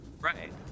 Right